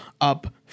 up